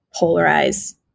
polarize